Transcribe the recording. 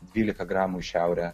dvylika gramų į šiaurę